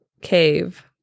cave